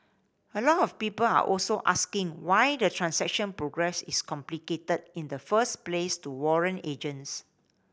a lot of people are also asking why the transaction progress is complicated in the first place to warrant agents